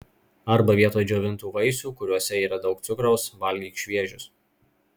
arba vietoj džiovintų vaisių kuriuose yra daug cukraus valgyk šviežius